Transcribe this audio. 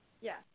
Yes